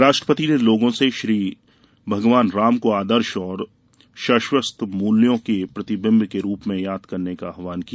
राष्ट्रपति ने लोगों से श्री भगवान राम को आदर्श और शाश्वत मूल्यों के प्रतिबिम्ब के रूप में याद करने का आहवान किया